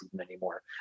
anymore